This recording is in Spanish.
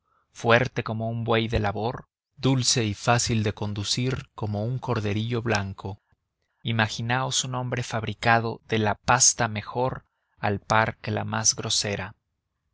fuerte como un buey de labor dulce y fácil de conducir como un corderillo blanco imaginaos un hombre fabricado de la pasta mejor al par que la más grosera